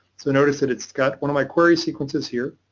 so notice that it's got one of my query sequences here,